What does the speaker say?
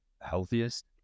healthiest